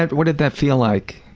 what did that feel like?